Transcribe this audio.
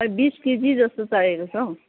बिस केजी जस्तो चाहिएको छ हो